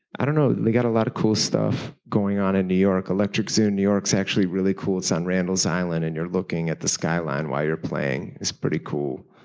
i don't know. they got a lot of cool stuff going on in new york. electric zoo in new york is actually really cool. it's in randall's island and you're looking at the skyline while you're playing. it's pretty cool.